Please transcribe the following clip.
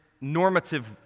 normative